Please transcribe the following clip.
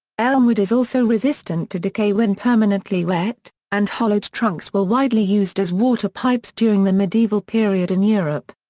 elm wood is also resistant to decay when permanently wet, and hollowed trunks were widely used as water pipes during the medieval period in europe.